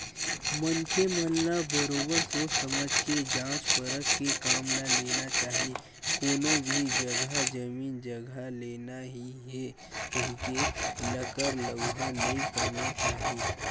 मनखे मन ल बरोबर सोझ समझ के जाँच परख के काम ल लेना चाही कोनो भी जघा जमीन जघा लेना ही हे कहिके लकर लउहा नइ करना चाही